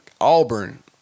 Auburn